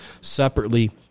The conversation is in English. separately